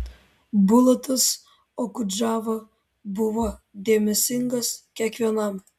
bulatas okudžava buvo dėmesingas kiekvienam